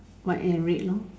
white and red lor